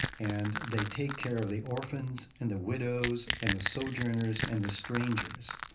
and they take care of the orphans and the widows and the sojourners and the strangers.